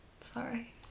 Sorry